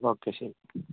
okay ശരി